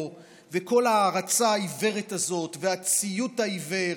וכל ההערצה העיוורת הזאת והציות העיוור,